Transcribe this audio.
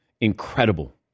incredible